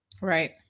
Right